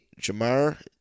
Jamar